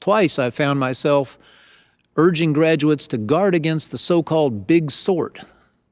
twice, i've found myself urging graduates to guard against the so-called big sort